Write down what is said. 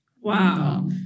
Wow